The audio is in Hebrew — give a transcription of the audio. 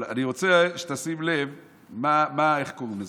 אבל אני רוצה שתשים לב איך קוראים לזה.